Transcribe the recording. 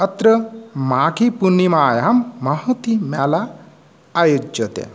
अत्र माघीपूर्णिमायां महति मेला आयोज्यते